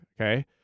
Okay